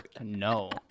No